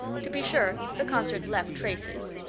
to be sure, the concert left traces.